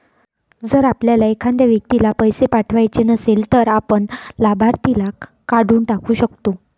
जर आपल्याला एखाद्या व्यक्तीला पैसे पाठवायचे नसेल, तर आपण लाभार्थीला काढून टाकू शकतो